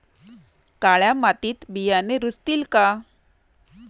काळ्या मातीत बियाणे रुजतील का?